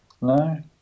No